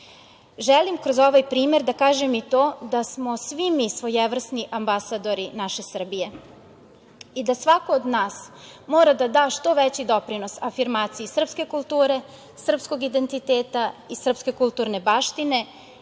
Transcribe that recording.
kroz ovaj primer da kažem i to da smo svi mi svojevrsni ambasadori naše Srbije i da svako od nas mora da da što veći doprinos afirmaciji srpske kulture, srpskog identiteta i srpske kulturne baštine